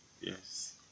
Yes